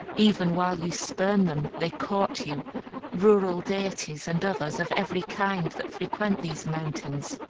even while you spurn them, they court you rural deities and others of every kind that frequent these mountains.